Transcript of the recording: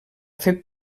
fer